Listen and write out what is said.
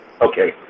Okay